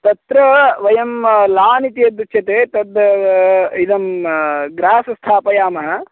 तत्र वयं लान् इति यदुच्यते तत् इदं ग्रास् स्थापयामः